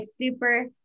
super-